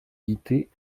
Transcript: guittet